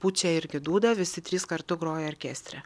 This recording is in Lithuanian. pučia irgi dūdą visi trys kartu groja orkestre